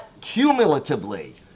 cumulatively